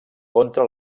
contra